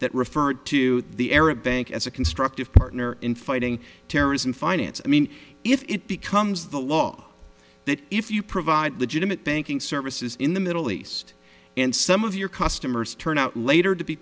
that referred to the arab bank as a constructive partner in fighting terrorism finance i mean if it becomes the law that if you provide the banking services in the middle east and some of your customers turned out later to be